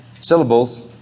syllables